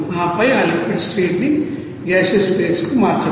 ఆపై ఆ liquid state ని గాసీయోస్ ఫేస్ కు మార్చడం